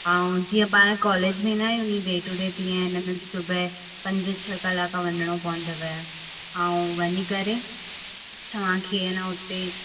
ऐं जीअं पाण कॉलेज वेंदा आहियूं ऐं डे टू डे तीअं इनमें बि सुबुह पंज छह कलाक वञिणो पवंदुव ऐं वञी करे तव्हांखे आहे न उते